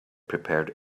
prepared